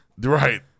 right